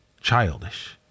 Childish